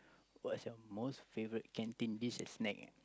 what's your most favourite canteen this is snack eh